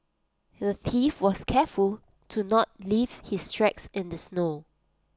the thief was careful to not leave his tracks in the snow